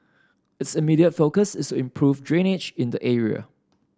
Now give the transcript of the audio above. its immediate focus is to improve drainage in the area